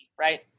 right